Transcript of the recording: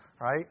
right